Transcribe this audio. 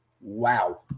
Wow